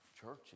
churches